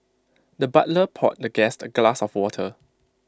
the butler poured the guest A glass of water